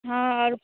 हँ आओर